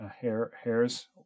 hairs